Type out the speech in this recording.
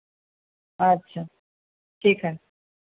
अच्छा ठीक है